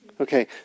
Okay